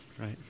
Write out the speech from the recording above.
right